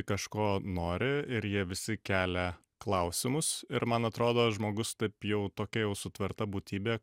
kažko nori ir jie visi kelia klausimus ir man atrodo žmogus taip jau tokia jau sutverta būtybė